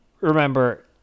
Remember